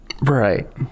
Right